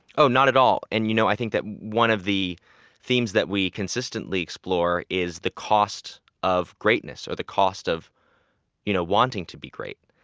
ah not at all. and you know i think that one of the themes that we consistently explore is the cost of greatness or the cost of you know wanting to be great.